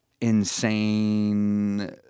insane